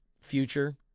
future